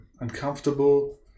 uncomfortable